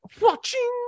Watching